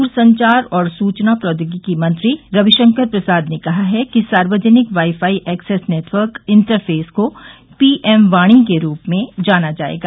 दूरसंचार और सूचना प्रोद्योगिकी मंत्री रविशंकर प्रसाद ने कहा है कि सार्वजनिक wifi access network interface को पीएम वाणी के रूप में जाना जाएगा